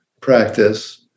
practice